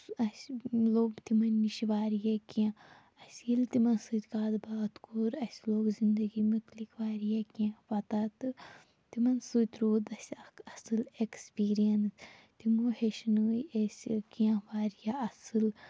اَسہِ لوٚگ تِمَن نِش واریاہ کینٛہہ اَسہِ ییٚلہِ تِمَن سۭتۍ کتھ باتھ کوٚر اَسہِ لوٚگ زِندگی مُتلِق واریاہ کینٛہہ پٔتہ تہٕ تِمَن سۭتۍ روٗد اَسہِ اکھ اصل ایٚکسپیٖریَنس تمو ہیٚچھنٲوۍ أسۍ کینٛہہ واریاہ اصل